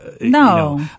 no